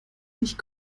ich